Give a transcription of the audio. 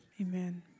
amen